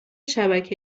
شبکه